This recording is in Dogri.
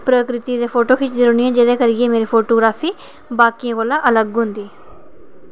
प्रकृति दे फोटू खिच्चदे रौह्न्नी आं जेह्दे करियै मेरी फोटोग्रॉफी बाकियें कोला अलग होंदी